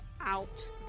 out